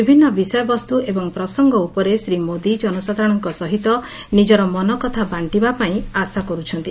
ବିଭିନ୍ନ ବିଷୟବସ୍କୁ ଏବଂ ପ୍ରସଙ୍ଙ ଉପରେ ଶ୍ରୀ ମୋଦି ଜନସାଧାରଣଙ୍କ ସହିତ ନିଜର ମନକଥା ବାକ୍କିବାପାଇଁ ଆଶା କରୁଛନ୍ତି